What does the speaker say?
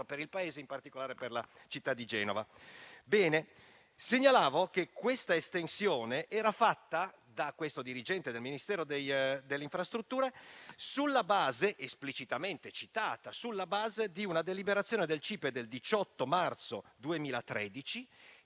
per il Paese e, in particolare, per la città di Genova. Segnalavo che questa estensione era fatta da questo dirigente del Ministero delle infrastrutture sulla base - esplicitamente citata - di una deliberazione del Comitato